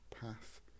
path